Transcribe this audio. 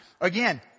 again